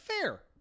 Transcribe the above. Fair